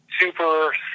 super